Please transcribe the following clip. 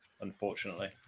unfortunately